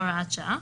הוראת שעה.